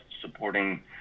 supporting